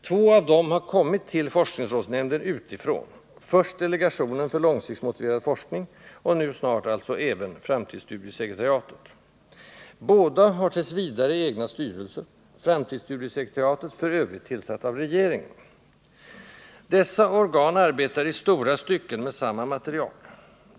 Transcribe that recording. Två av dem har kommit till forskningsrådsnämnden utifrån, först delegationen för långtidsmotiverad forskning och nu snart även framtidsstudiesekretariatet. Båda har t. v. egna styrelser, framtidsstudiesekretariatets f. ö. tillsatt av regeringen. Dessa organ arbetar i stora stycken med samma materia.